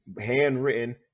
handwritten